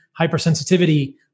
hypersensitivity